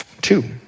Two